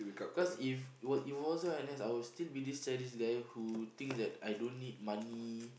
cause if it wa~ it wasn't for N_S I will still be this sadist guy who thinks that I don't need money